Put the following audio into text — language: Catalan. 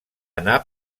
anar